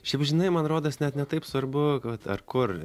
šiaip žinai man rodos net ne taip svarbu vat ar kur